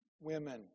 women